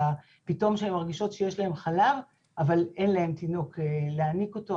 פתאום שהן מרגישות שיש להן חלב אבל אין להן תינוק להניק אותו,